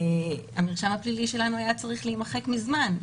המרשם הפלילי שלנו היה צריך להימחק מזמן,